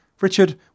Richard